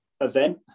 event